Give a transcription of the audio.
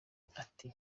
ati